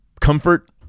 Comfort